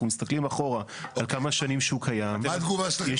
אנחנו מסתכלים אחורה על כמה שנים שהוא קיים --- ולכן